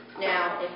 Now